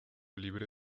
libre